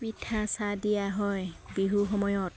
পিঠা চাহ দিয়া হয় বিহু সময়ত